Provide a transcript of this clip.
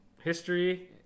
history